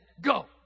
go